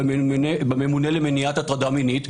בממונה למניעת הטרדה מינית.